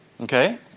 Okay